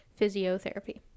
physiotherapy